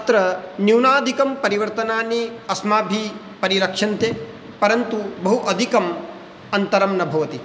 अत्र न्यूनादिकं परिवर्तनानि अस्माभिः परिरक्ष्यन्ते परन्तु बहु अधिकम् अन्तरं न भवति